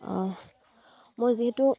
মই যিহেতু